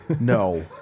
No